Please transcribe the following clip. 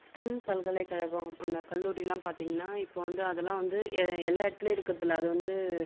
stem பல்கலைக்கழகம் அந்த கல்லூரில்லாம் பார்தீங்ன்னா இப்போ வந்து அதெல்லாம் வந்து எ எல்லா இடத்துலையும் இருக்கிறது இல்லை அது வந்து